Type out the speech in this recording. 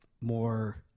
More